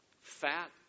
fat